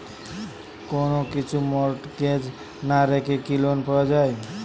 কোন কিছু মর্টগেজ না রেখে কি লোন পাওয়া য়ায়?